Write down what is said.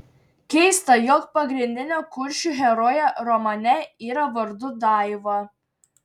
keista jog pagrindinė kuršių herojė romane yra vardu daiva